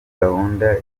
gahunda